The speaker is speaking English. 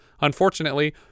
Unfortunately